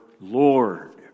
Lord